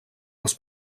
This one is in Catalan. els